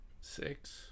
six